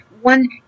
one